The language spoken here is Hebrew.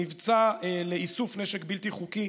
מבצע לאיסוף נשק בלתי חוקי,